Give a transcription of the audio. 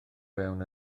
fewn